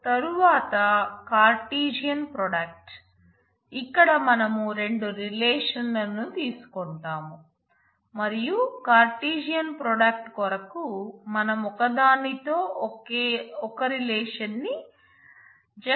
తరువాత Cartesian product శూన్యం